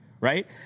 right